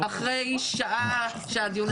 טוב שגילינו את זה אחרי שעה שהדיון הזה מתקיים.